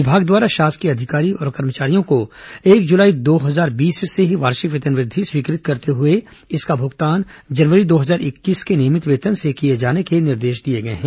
विभाग द्वारा शासकीय अधिकारी और कर्मचारियों को एक जुलाई दो हजार बीस से ही वार्षिक वेतन वृद्वि स्वीकृत करते हुए इसका भुगतान जनवरी दो हजार इक्कीस के नियमित वेतन से किए जाने के निर्देश दिए गए हैं